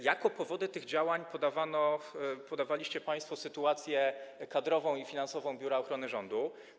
Jako powody tych działań podawaliście państwo sytuację kadrową i finansową Biura Ochrony Rządu.